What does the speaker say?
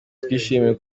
turishimye